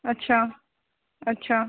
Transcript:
अच्छा अच्छा